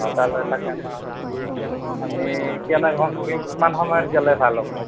তালৈ থাকে ন আমি কেনে সময়ত কিমান সময়ত গ'লে ভাল হ'ব